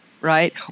right